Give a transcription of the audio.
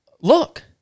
look